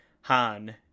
Han